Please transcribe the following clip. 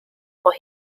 for